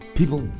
people